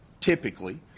Typically